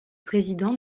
président